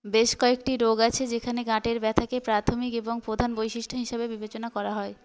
বেশ কয়েকটি রোগ আছে যেখানে গাঁটের ব্যথাকে প্রাথমিক এবং প্রধান বৈশিষ্ট্য হিসাবে বিবেচনা করা হয়